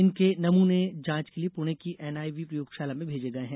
इनके नमूने जांच के लिए पुणे की एनआईवी प्रयोगशाला में भेजे गए हैं